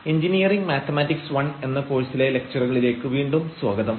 engineering mathematics I എന്ന കോഴ്സിലെ ലക്ച്ചറുകളിലേക്ക് വീണ്ടും സ്വാഗതം